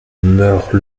meurt